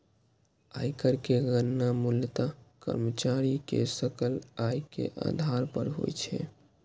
आयकर के गणना मूलतः कर्मचारी के सकल आय के आधार पर होइ छै